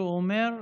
שהוא אומר,